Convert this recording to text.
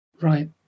Right